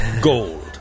gold